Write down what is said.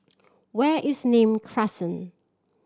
where is Nim Crescent